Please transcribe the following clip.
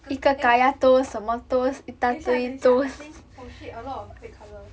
一个 eh 等一下等一下 I think oh shit a lot of red colour